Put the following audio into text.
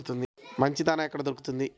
మంచి దాణా ఎక్కడ దొరుకుతుంది?